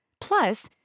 Plus